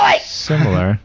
Similar